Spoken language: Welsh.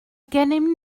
gennym